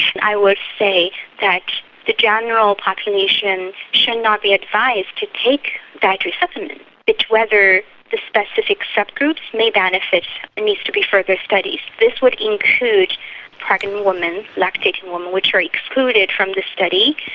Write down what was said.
i would say that the general population should not be advised to take dietary supplements. but whether the specific subgroups may benefit needs to be further studied. this would include pregnant women, lactating women which are excluded from this study.